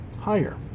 higher